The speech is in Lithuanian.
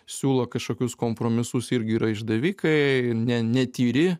siūlo kažkokius kompromisus irgi yra išdavikai ne netyri